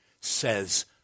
says